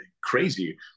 crazy